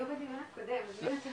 היו בדיון הקודם.